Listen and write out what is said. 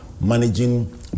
Managing